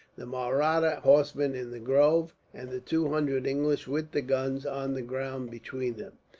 the mahratta horsemen in the grove, and the two hundred english, with the guns, on the ground between them.